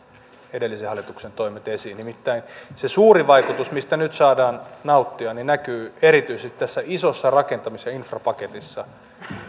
edellisen hallituksen toimet esiin nimittäin se suurin vaikutus mistä nyt saadaan nauttia näkyy erityisesti tässä isossa rakentamis ja infrapaketissa